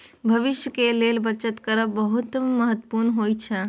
भविष्यक लेल बचत करब बहुत महत्वपूर्ण होइ छै